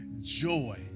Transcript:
joy